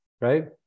right